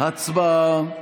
הצבעה.